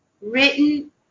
written